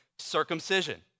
Circumcision